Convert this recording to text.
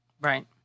Right